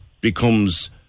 becomes